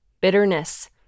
bitterness